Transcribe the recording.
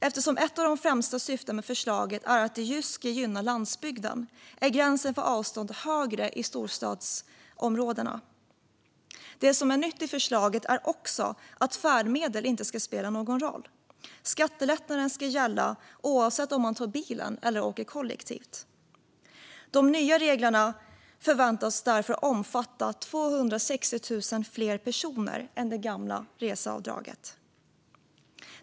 Eftersom ett av de främsta syftena med förslaget är att gynna landsbygden är avståndsgränsen högre i storstadsområdena. Nytt i förslaget är också att färdmedel inte ska spela någon roll. Skattelättnaden ska gälla oavsett om man tar bilen eller åker kollektivt. De nya reglerna förväntas därför omfatta 260 000 fler personer än det gamla reseavdraget.